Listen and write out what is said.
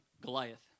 Goliath